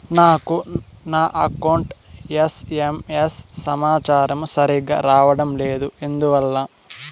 నాకు నా account SMS సమాచారము సరిగ్గా రావడం లేదు ఎందువల్ల?